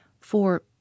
for